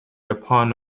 upon